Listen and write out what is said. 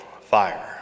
fire